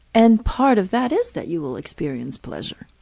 and part of that is that you will experience pleasure.